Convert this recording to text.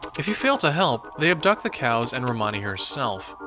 if you fail to help, they abduct the cows and romani herself,